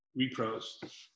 repros